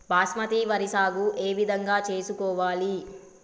బాస్మతి వరి సాగు ఏ విధంగా చేసుకోవాలి?